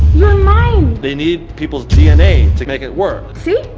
your mind. they need people's dna to make it work. si.